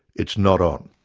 it's not on!